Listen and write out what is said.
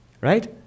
Right